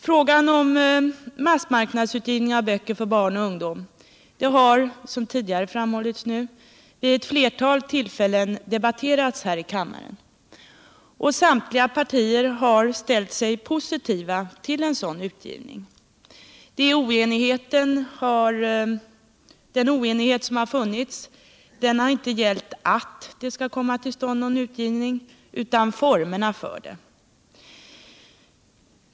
Frågan om massmarknadsutgivning av böcker för barn och ungdom har —- som redan framhållits — vid ett flertal tillfällen debatterats här i kammaren. Samtliga partier har ställt sig positiva till en sådan utgivning. Den oenighet som har funnits har inte gällt att det skall komma till stånd en sådan utgivning utan formerna för den.